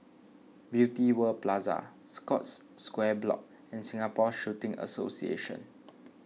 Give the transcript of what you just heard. Beauty World Plaza Scotts Square Block and Singapore Shooting Association